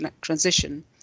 transition